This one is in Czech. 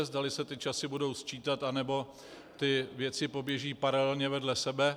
Zda se ty časy budou sčítat, nebo ty věci poběží paralelně vedle sebe.